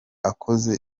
akoze